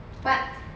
but